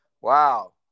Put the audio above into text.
wow